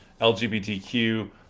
LGBTQ